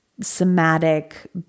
somatic